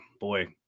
boy